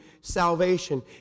salvation